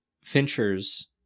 Fincher's